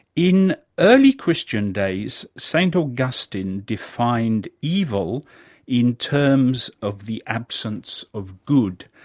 in early christian days, st augustine defined evil in terms of the absence of good,